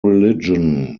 religion